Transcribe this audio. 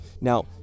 Now